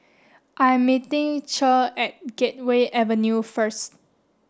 I am meeting Che at Gateway Avenue first